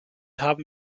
haben